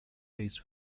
based